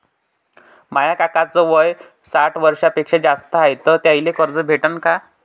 माया काकाच वय साठ वर्षांपेक्षा जास्त हाय तर त्याइले कर्ज भेटन का?